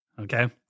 okay